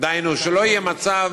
דהיינו שלא יהיה מצב